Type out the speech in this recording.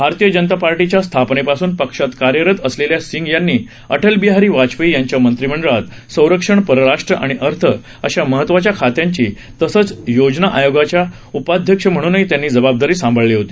भारतीय जनता पार्टीच्या स्थापनेपासून पक्षात कार्यरत असलेल्या सिंग यांनी अटलबिहारी वाजपेयी यांच्या मंत्रीमंडळात संरक्षण परराष्ट्र आणि अर्थ अशा महत्वाच्या खात्यांची तसंच योजना आयोगाचे उपाध्यक्ष म्हणूनही त्यांनी जबाबदारी सांभाळली होती